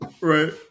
Right